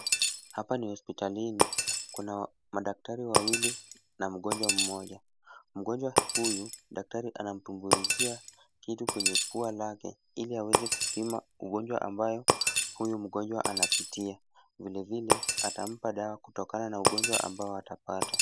Hapa ni hospitalini. Kuna madaktari wawili na mgonjwa mmoja. Mgonjwa huyu daktari anamtumbuizia kitu kwenye pua lake ili aweze kupima ugonjwa ambayo huyu mgonjwa anapitia. Vilevile atampa dawa kutokana na ugonjwa ambao atapata.